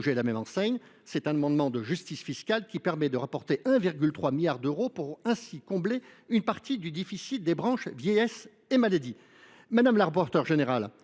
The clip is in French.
à la même enseigne. Il s’agit d’un amendement de justice fiscale qui permet de rapporter 1,3 milliard d’euros et ainsi de combler une partie du déficit des branches vieillesse et maladie. Madame la rapporteure générale,